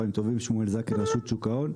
שמואל זקן מרשות שוק ההון.